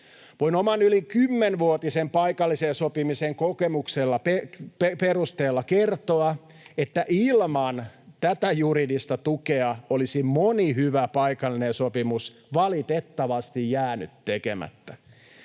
Voin oman yli kymmenvuotisen paikallisen sopimisen kokemukseni perusteella kertoa, että ilman tätä juridista tukea olisi moni hyvä paikallinen sopimus valitettavasti jäänyt tekemättä.